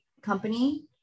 company